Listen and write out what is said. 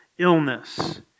Illness